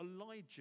Elijah